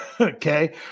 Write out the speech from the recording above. Okay